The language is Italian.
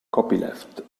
copyleft